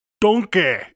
Donkey